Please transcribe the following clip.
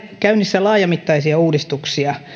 käynnissä laajamittaisia uudistuksia